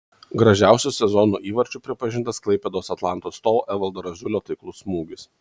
gražiausiu sezono įvarčiu pripažintas klaipėdos atlanto atstovo evaldo raziulio taiklus smūgis